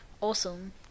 awesome